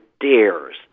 dares